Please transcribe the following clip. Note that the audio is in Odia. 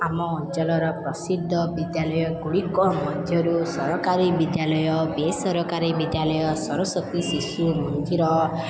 ଆମ ଅଞ୍ଚଳର ପ୍ରସିଦ୍ଧ ବିଦ୍ୟାଳୟ ଗୁଡ଼ିକ ମଧ୍ୟରୁ ସରକାରୀ ବିଦ୍ୟାଳୟ ବେସରକାରୀ ବିଦ୍ୟାଳୟ ସରସ୍ଵତୀ ଶିଶୁ ମନ୍ଦିର